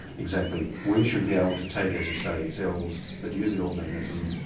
exactly, we should be able to take as you say cells that use the alt mechanism,